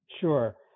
Sure